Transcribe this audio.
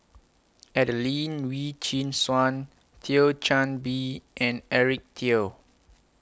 Adelene Wee Chin Suan Thio Chan Bee and Eric Teo